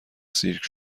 سیرک